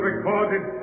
Recorded